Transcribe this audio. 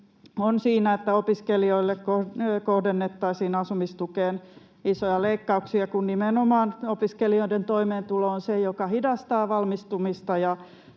on siinä, että opiskelijoille kohdennettaisiin asumistukeen isoja leikkauksia, kun nimenomaan opiskelijoiden toimeentulo on se, joka hidastaa valmistumista